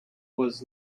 was